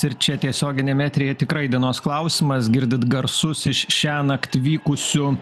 ir čia tiesioginiam eteryje tikrai dienos klausimas girdit garsus iš šiąnakt vykusių